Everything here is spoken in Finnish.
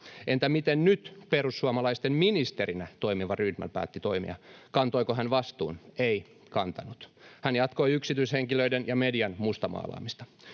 Entä miten nyt perussuomalaisten ministerinä toimiva Rydman päätti toimia? Kantoiko hän vastuun? Ei kantanut. Hän jatkoi yksityishenkilöiden ja median mustamaalaamista.